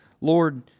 Lord